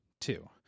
Two